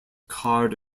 card